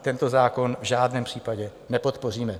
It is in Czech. Tento zákon v žádném případě nepodpoříme.